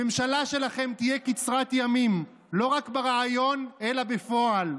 הממשלה שלכם תהיה קצרת ימים לא רק ברעיון אלא בפועל.